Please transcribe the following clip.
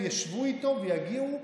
הם ישבו איתו ויגיעו,